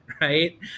right